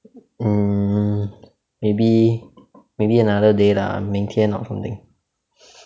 mm maybe maybe another day lah 明天 or something